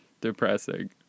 depressing